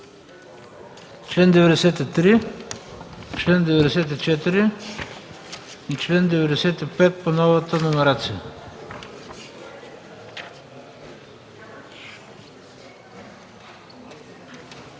чл. 93, чл. 94 и чл. 95 по новата номерация.